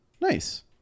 Nice